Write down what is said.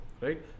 right